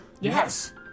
Yes